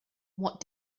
what